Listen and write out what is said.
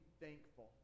Thankful